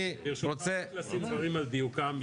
ברשותך רק לשים דברים על דיוקם,